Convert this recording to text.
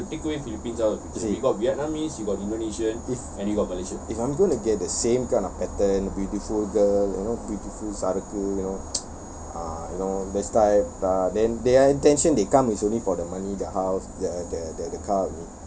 if if I'm gonna get the same kind of pattern beautiful girl you know beautiful சரக்கு:sarakku you know uh you know then their intention they come is only for the money the house the the the car only